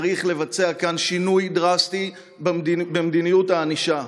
צריך לבצע כאן שינוי דרסטי במדיניות הענישה.